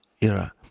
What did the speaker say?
era